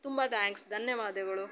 ತುಂಬ ತ್ಯಾಂಕ್ಸ್ ಧನ್ಯವಾದಗಳು